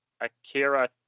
Akira